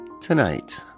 tonight